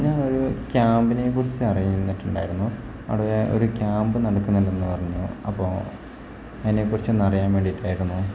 ഞാൻ ഒരു ക്യാമ്പിനെ കുറിച്ചു അറിഞ്ഞിട്ടുണ്ടായിരുന്നു അവിടെ ഒരു ക്യാമ്പ് നടക്കുന്നുണ്ടെന്ന് പറഞ്ഞു അപ്പോൾ അതിനെ കുറിച്ചു ഒന്നറിയാൻ വേണ്ടിയിട്ടായിരുന്നു